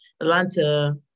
Atlanta